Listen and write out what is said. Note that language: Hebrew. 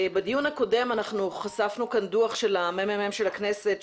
בדיון הקודם אנחנו חשפנו כאן דוח של מרכז המחקר והמידע של הכנסת,